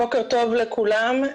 בוקר טובל לכולם,